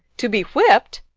to be whipped!